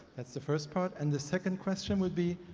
that's the first part. and the second question would be,